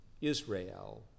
Israel